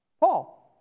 Paul